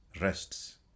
rests